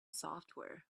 software